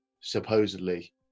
supposedly